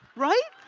right?